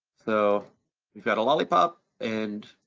so we've got a lollipop and,